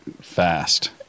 fast